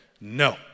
No